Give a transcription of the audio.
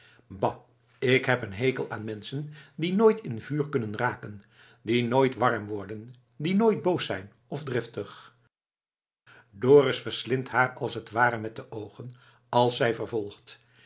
bah ik heb een hekel aan menschen die nooit in vuur kunnen raken die nooit warm worden die nooit boos zijn f driftig dorus verslindt haar als t ware met de oogen als zij vervolgt